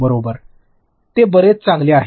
बरोबर ते बरेच चांगले आहे